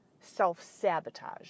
self-sabotage